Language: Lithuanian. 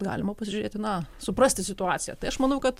galima pasižiūrėti na suprasti situaciją tai aš manau kad